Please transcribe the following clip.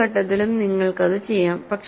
മറ്റൊരു ഘട്ടത്തിലും നിങ്ങൾക്കത് ചെയ്യാം